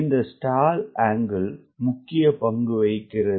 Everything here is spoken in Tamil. இந்தஸ்டால் அங்கிள் முக்கிய பங்குவகிக்கிறது